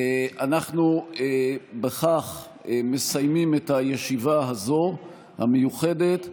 אנחנו בכך מסיימים את הישיבה המיוחדת הזאת,